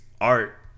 art